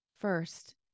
first